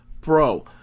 bro